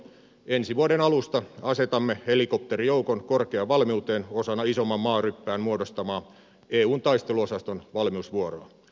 ensi vuoden alusta asetamme helikopterijoukon korkeaan valmiuteen osana isomman maaryppään muodostamaa eun taisteluosaston valmiusvuoroa